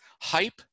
hype